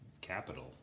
capital